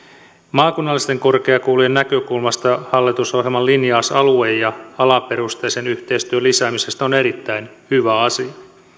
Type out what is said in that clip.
maakunnallisten korkeakoulujen näkökulmasta hallitusohjelman linjaus alue ja alaperusteisen yhteistyön lisäämisestä on erittäin hyvä asia